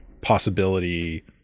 possibility